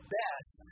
best